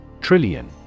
Trillion